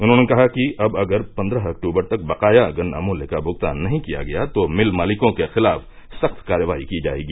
उन्होंने कहा कि अब अगर पन्द्रह अक्टूबर तक बकाया गन्ना मूल्य का भुगतान नहीं किया गया तो भिल मालिकों के खिलाफ सख्त कार्रवाई की जायेगी